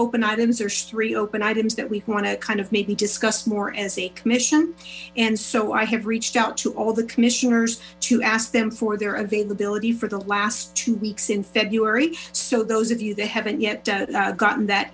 open items or three open items that we want to kind of maybe discuss more as a commission and so i have reached out to all the c commissioners to ask them for their availability for the last two weeks in february so those of you that haven't yet gotten that